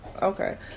Okay